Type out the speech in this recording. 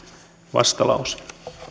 vastalause